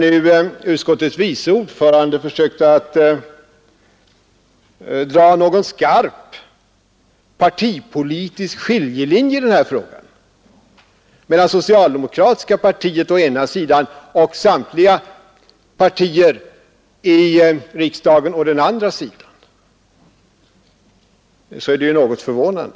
Utskottets vice ordförande försökte nu att dra en skarp, partipolitisk skiljelinje i den här frågan mellan socialdemokratiska partiet å ena sidan och samtliga andra partier i riksdagen å andra sidan, och det är något förvånande.